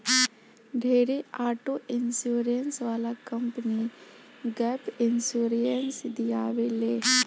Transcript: ढेरे auto insurance वाला company gap insurance दियावे ले